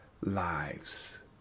lives